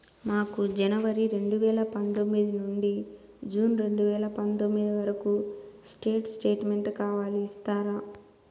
మాకు జనవరి రెండు వేల పందొమ్మిది నుండి జూన్ రెండు వేల పందొమ్మిది వరకు స్టేట్ స్టేట్మెంట్ కావాలి ఇస్తారా